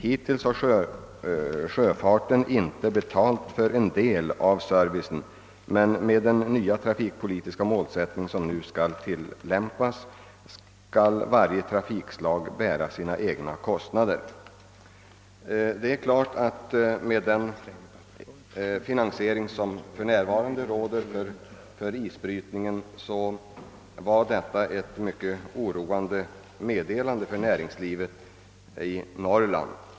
Hittills har sjöfarten inte betalt för en del av servicen, men med den nya trafikpolitiska målsättning som nu skall tillämpas skall varje trafikslag bära sina egna kostnader. Det är klart att med den finansiering som för närvarande råder för isbrytningen så är detta ett mycket oroande meddelande för näringslivet i Norrland.